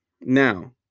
Now